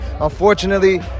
Unfortunately